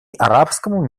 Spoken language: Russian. арабскому